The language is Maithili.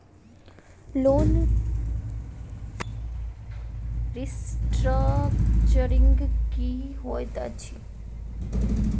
लोन रीस्ट्रक्चरिंग की होइत अछि?